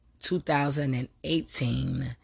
2018